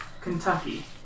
Kentucky